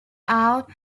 out